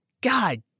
God